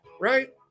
right